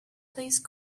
please